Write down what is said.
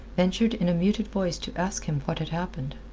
ventured in a muted voice to ask him what had happened.